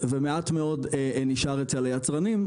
-- אצל היצרנים,